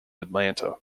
atlanta